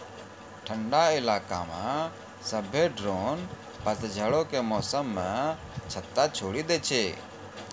ठंडा इलाका मे सभ्भे ड्रोन पतझड़ो के मौसमो मे छत्ता छोड़ि दै छै